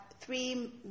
three